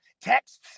texts